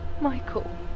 Michael